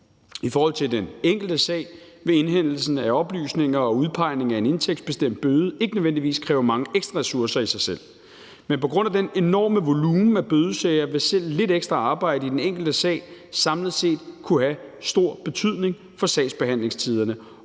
I forhold til den enkelte sag vil indhentelse af oplysninger og udpegning af en indtægtsbestemt bøde ikke nødvendigvis kræve mange ekstra ressourcer i sig selv. Men på grund af det enorme volumen af bødesager vil selv lidt ekstra arbejde i den enkelte sag samlet set kunne have stor betydning for sagsbehandlingstiderne